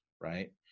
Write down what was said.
right